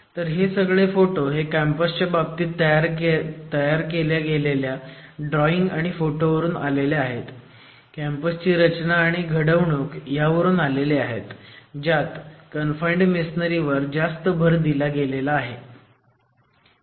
तर हे सगळे फोटो हे कॅम्पसच्या बाबतीत तयार केलेल्या ड्रॉईंग आणि फोटोवरून आल्या आहेत कॅम्पसची रचना आणि घडवणूक ह्यावरून आलेले आहेत ज्यात कन्फाईंड मेसोनारी वर जास्त भर दिला गेला आहे